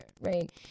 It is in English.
right